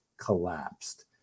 collapsed